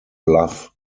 bluff